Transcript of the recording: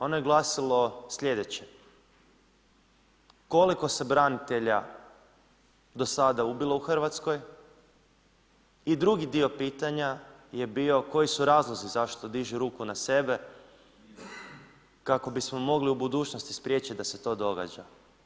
Ono je glasilo slijedeće: koliko se branitelja do sada ubilo u RH i drugi dio pitanja je bio koji su razlozi zašto dižu ruku na sebe, kako bismo mogli u budućnosti spriječiti da se to događa.